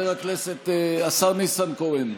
השר ניסנקורן,